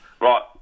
Right